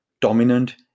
dominant